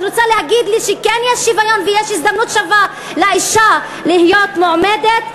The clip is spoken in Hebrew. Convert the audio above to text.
את רוצה להגיד לי שכן יש שוויון ויש הזדמנות שווה לאישה להיות מועמדת?